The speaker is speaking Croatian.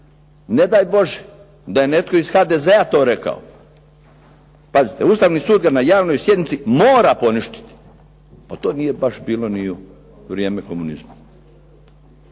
nedaj Bože da je netko iz HDZ-a to rekao, pazite Ustavni sud ga na javnoj sjednici mora poništiti, pa to nije baš bilo ni u vrijeme komunizma.